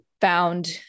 found